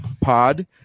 Pod